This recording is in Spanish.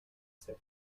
ser